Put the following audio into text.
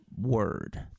Word